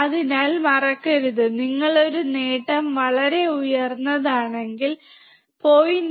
അതിനാൽ മറക്കരുത് നിങ്ങൾ ഒരു നേട്ടം വളരെ ഉയർന്നതാണെങ്കിൽ 0